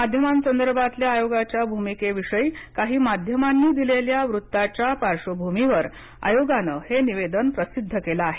माध्यमांसंदर्भातल्या आयोगाच्या भूमिकेविषयी काही माध्यमांनी दिलेल्या वृत्ताच्या पार्श्वभूमीवर आयोगानं हे निवेदन प्रसिद्ध केलं आहे